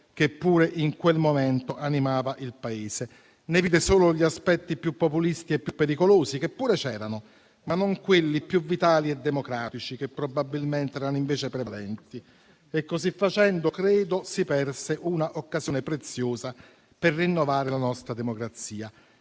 che pure in quel momento animava il Paese. Ne vide solo gli aspetti più populisti e più pericolosi, che pure c'erano, ma non quelli più vitali e democratici, che probabilmente erano invece prevalenti. Così facendo, credo, si perse un'occasione preziosa per rinnovare la nostra democrazia.